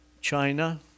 China